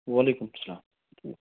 وعلیکُم سلام